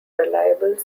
reliable